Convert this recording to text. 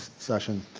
session.